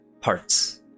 parts